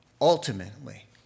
Ultimately